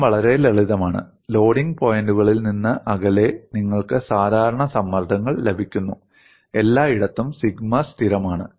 പ്രശ്നം വളരെ ലളിതമാണ് ലോഡിംഗ് പോയിന്റുകളിൽ നിന്ന് അകലെ നിങ്ങൾക്ക് സാധാരണ സമ്മർദ്ദങ്ങൾ ലഭിക്കുന്നു എല്ലായിടത്തും സിഗ്മ സ്ഥിരമാണ്